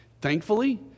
Thankfully